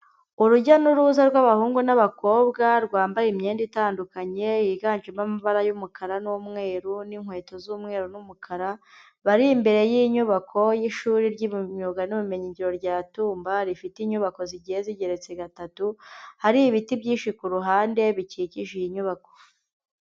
Urujya n'uruza rw'abahungu n'abakobwa, rwambaye imyenda itandukanye, yiganjemo amabara y'umukara n'umweru, n'inkweto z'umweru n'umukara, bari imbere y'inyubako y'ishuri ry'imyuga n'ubumenyingiro rya Tumba, rifite inyubako zigiye zigeretse gatatu, hari ibiti byinshi ku ruhande bikikije iyi nyubako.